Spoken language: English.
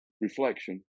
reflection